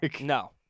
no